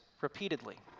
repeatedly